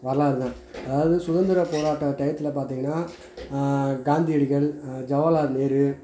வரலாறு தான் அதாவது சுதந்திர போராட்ட டையத்தில் பார்த்தீங்கன்னா காந்தியடிகள் ஜவஹர்லால் நேரு